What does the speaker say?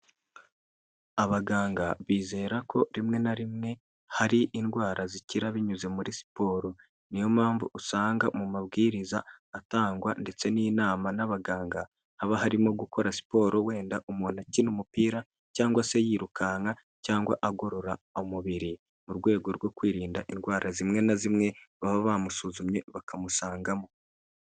Abaganga bizera ko rimwe na rimwe hari indwara zikira binyuze muri siporo, niyo mpamvu usanga mu mabwiriza atangwa ndetse n'inama n'abaganga, haba harimo gukora siporo wenda umuntu akina umupira cyangwa se yirukanka cyangwa agorora umubiri, mu rwego rwo kwirinda indwara zimwe na zimwe baba bamusuzumye bakamusangamo.